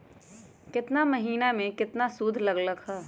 केतना महीना में कितना शुध लग लक ह?